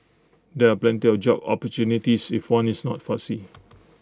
there are plenty of job opportunities if one is not fussy